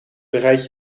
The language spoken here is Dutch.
bereid